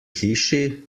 hiši